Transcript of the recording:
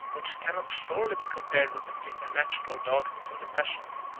which cannot surely be compared with the preternatural darkness of the passion,